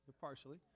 partially